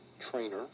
trainer